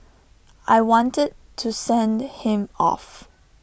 I wanted to send him off